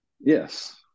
yes